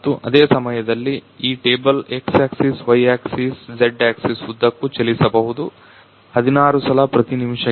ಮತ್ತು ಅದೇ ಸಮಯದಲ್ಲಿ ಈ table x axis y axis z axis ಉದ್ದಕ್ಕೂ ಚಲಿಸಬಹುದು16 ಸಲ ಪ್ರತಿ ನಿಮಿಷಕ್ಕೆ 1600 ಸಲ ಪ್ರತಿ ನಿಮಿಷಕ್ಕೆ